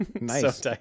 Nice